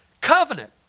covenant